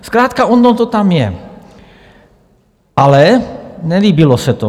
Zkrátka ono to tam je, ale nelíbilo se to.